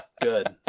Good